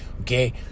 Okay